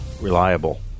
reliable